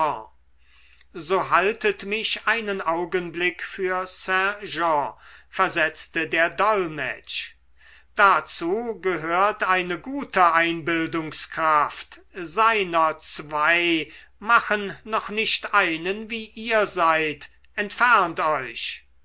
so haltet mich einen augenblick für saint jean versetzte der dolmetsch dazu gehört eine gute einbildungskraft seiner zwei machen noch nicht einen wie ihr seid entfernt euch